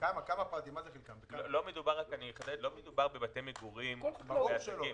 לא מדובר על בתי מגורים ועל עסקים.